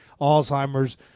Alzheimer's